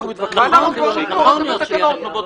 ואנחנו גם נמכור לכם את התקנות.